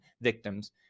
victims